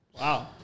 Wow